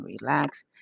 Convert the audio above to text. relax